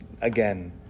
again